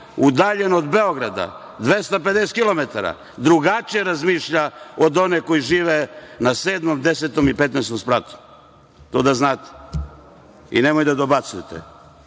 udaljen od Beograda 250 kilometara drugačije razmišlja od one koji žive na 7, 10. i 15. spratu, to da znate i nemojte da dobacujete.